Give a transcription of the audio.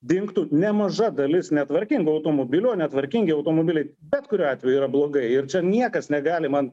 dingtų nemaža dalis netvarkingų automobilių netvarkingi automobiliai bet kuriuo atveju yra blogai ir čia niekas negali man